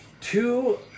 two